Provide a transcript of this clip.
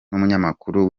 n’umunyamakuru